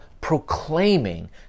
proclaiming